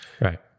Right